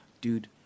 dude